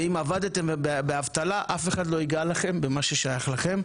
ואם עבדתם באבטלה אף אחד לא ייגע לכם במה ששייך לכם,